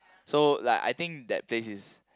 so like I think that place is